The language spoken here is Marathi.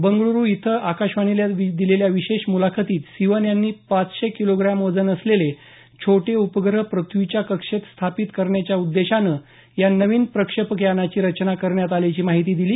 बंगळ्रु इथं आकाशवाणीला दिलेल्या विशेष मुलाखतीत सिवन यांनी पाचशे किलोग्राम वजन असलेले छोटे उपग्रह पृथ्वीच्या कक्षेत स्थापित करण्याच्या उद्देशानं या नवीन प्रक्षेपक यानाची रचना करण्यात आल्याची माहिती दिली